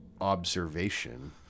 observation